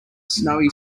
snowy